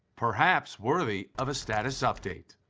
perhaps worthy of a status update.